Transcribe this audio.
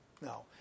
No